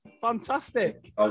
Fantastic